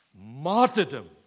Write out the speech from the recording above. martyrdom